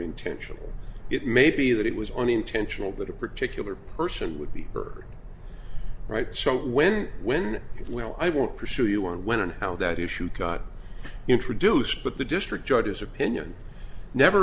intentional it may be that it was unintentional that a particular person would be heard right so when when it will i won't pursue you on when and how that issue got introduced but the district judge's opinion never